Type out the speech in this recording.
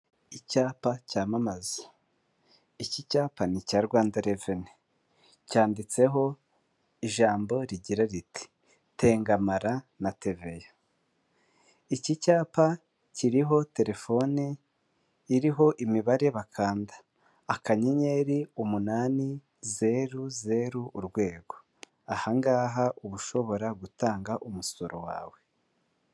Icyapa cyamamaza. Iki cyapa ni icya Rwanda Revenue. Cyanditseho ijambo rigira riti: "Tengamara na TVA." Iki cyapa kiriho terefone, iriho imibare bakanda. Akanyenyeri, umunani, zeru, zeru, urwego. Aha ngaha uba ushobora gutanga umusoro wawe.